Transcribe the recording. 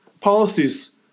policies